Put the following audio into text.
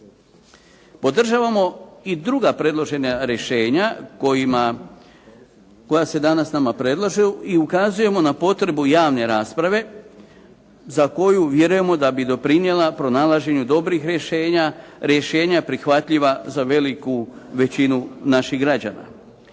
Podržavamo i druga predložena rješenja koja se nama danas predlažu i ukazujemo na potrebu javne rasprave, za koju vjerujemo da bi doprinijela pronalaženju dobrih rješenja, rješenja prihvatljiva za veliku većinu naših građana.